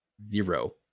Zero